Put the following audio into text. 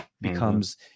becomes